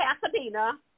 Pasadena